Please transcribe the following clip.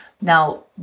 now